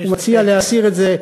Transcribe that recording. הוא מציע להסיר את זה,